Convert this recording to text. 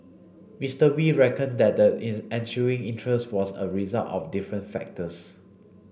Mister Wee reckoned that the ensuing interest was a result of different factors